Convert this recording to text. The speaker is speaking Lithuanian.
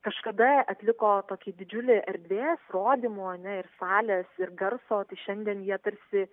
kažkada atliko tokį didžiulį erdvės rodymo ar ne ir salės ir garso tai šiandien jie tarsi